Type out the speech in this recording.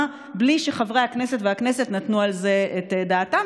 בלי שחברי הכנסת והכנסת נתנו על זה את דעתם.